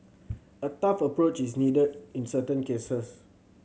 a tough approach is needed in certain cases